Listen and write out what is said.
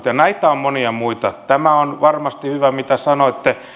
ja näitä on monia muita tämä on varmasti hyvä mitä sanoitte